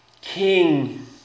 King